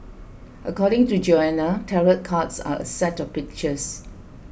according to Joanna tarot cards are a set of pictures